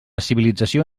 civilització